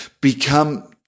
become